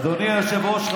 אדוני היושב-ראש,